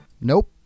Nope